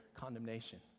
condemnation